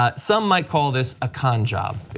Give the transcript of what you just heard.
ah some might call this a con job.